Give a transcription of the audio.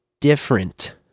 different